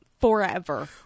forever